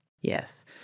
Yes